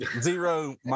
Zero